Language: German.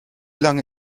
lange